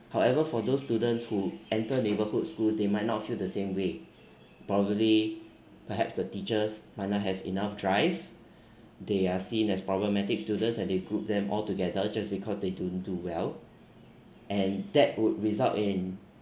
however for those students who enter neighbourhood schools they might not feel the same way probably perhaps the teachers might not have enough drive they are seen as problematic students and they group them altogether just because they don't do well and that would result in